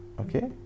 okay